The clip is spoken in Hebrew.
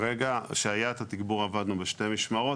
כשהיה התגבור עבדנו בשתי משמרות,